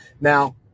Now